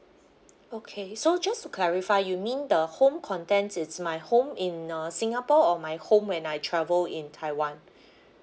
okay so just to clarify you mean the home contents it's my home in uh singapore or my home when I travel in taiwan